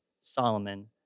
Solomon